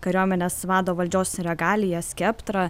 kariuomenės vado valdžios regaliją skeptrą